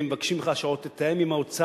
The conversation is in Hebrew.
והם מבקשים ממך שעוד תתאם עם האוצר,